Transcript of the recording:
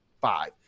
five